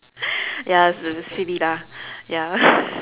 ya so silly lah ya